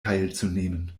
teilzunehmen